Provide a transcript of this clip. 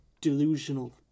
delusional